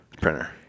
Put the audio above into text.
Printer